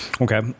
Okay